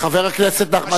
חבר הכנסת נחמן שי,